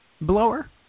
blower